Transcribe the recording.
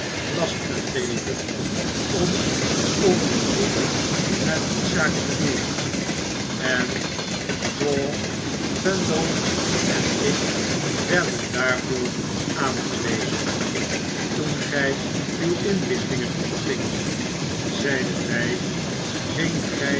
last gegeven om onderzoek naar die zaak te doen en straw eendall en ik werden daarvoor aangewezen toen gy uw inlichtingen ontvingt zeiden wy